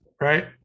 right